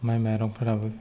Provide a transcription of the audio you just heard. माइ माइरंफोराबो